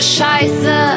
Scheiße